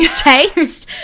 taste